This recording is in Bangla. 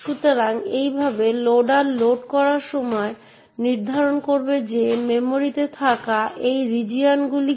সুতরাং এটি অনেক বেশি কঠিন এবং শুধুমাত্র একটি শংসাপত্র তৈরি করা যা টেডকে একটি নির্দিষ্ট সময়কাল থেকে একটি নির্দিষ্ট সময়ের মধ্যে অ্যানের সমস্ত ফাইল মূল্যায়ন করার অনুমতি দেয়